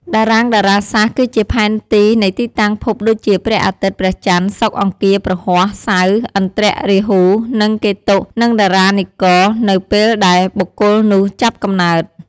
តារាងតារាសាស្ត្រគឺជាផែនទីនៃទីតាំងភពដូចជា ព្រះអាទិត្យ ព្រះច័ន្ទ សុក្រ អង្គារ ព្រហស្បតិ៍ សៅរ៍ ឥន្ទ្រ រាហ៊ូ និងកេតុ និងតារានិករ នៅពេលដែលបុគ្គលនោះចាប់កំណើត។